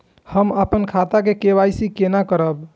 हम अपन खाता के के.वाई.सी केना करब?